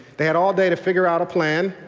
they had all day to figure out a plan,